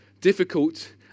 difficult